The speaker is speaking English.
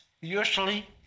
usually